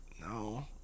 no